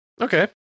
Okay